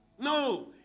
No